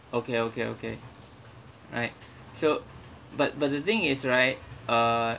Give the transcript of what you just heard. okay okay okay right so but but the thing is right uh